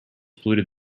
polluted